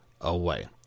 away